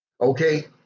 Okay